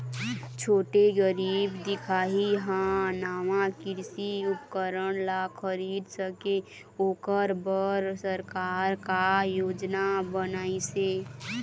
छोटे गरीब दिखाही हा नावा कृषि उपकरण ला खरीद सके ओकर बर सरकार का योजना बनाइसे?